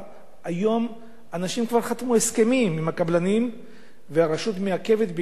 אנשים כבר חתמו על הסכמים עם הקבלנים והרשות מעכבת בגלל החניות.